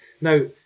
Now